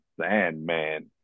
Sandman